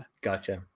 Gotcha